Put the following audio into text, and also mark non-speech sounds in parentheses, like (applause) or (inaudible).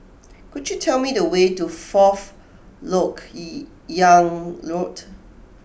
could you tell me the way to Fourth Lok (hesitation) Yang Road